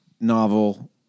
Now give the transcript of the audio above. novel